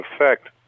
effect